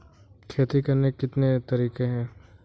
खेती करने के कितने तरीके हैं?